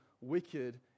wicked